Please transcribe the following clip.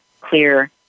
clear